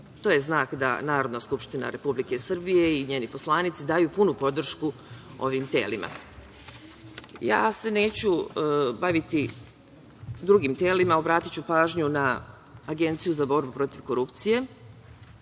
To je znak da Narodna skupština Republike Srbije i njeni poslanici daju punu podršku ovim telima. Neću se baviti drugim telima, obratiću pažnju na Agenciju za borbu protiv korupcije.